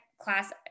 class